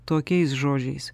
tokiais žodžiais